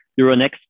Euronext